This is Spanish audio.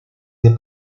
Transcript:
del